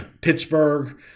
Pittsburgh